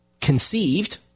conceived